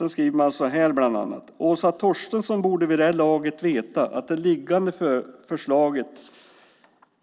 Man skriver bland annat så här: "Åsa Torstensson borde vid det här laget veta att det liggande förslaget